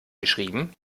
geschrieben